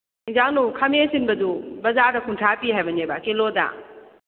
ꯏꯟꯖꯥꯡꯗꯨ ꯈꯥꯃꯦꯟ ꯑꯁꯤꯟꯕꯗꯨ ꯕꯖꯥꯔꯗ ꯀꯨꯟꯊ꯭ꯔꯥ ꯄꯤ ꯍꯥꯏꯕꯅꯦꯕ ꯀꯤꯂꯣꯗ